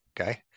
Okay